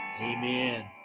amen